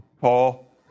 Paul